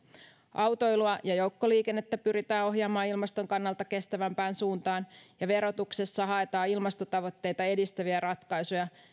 autoilua ja joukkoliikennettä pyritään ohjaamaan ilmaston kannalta kestävämpään suuntaan ja verotuksessa haetaan ilmastotavoitteita edistäviä ratkaisuja